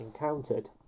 encountered